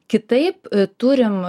kitaip turim